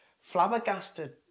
flabbergasted